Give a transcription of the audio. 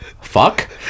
fuck